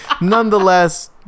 nonetheless